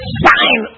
sign